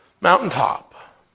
mountaintop